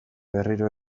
berriro